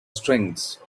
strengths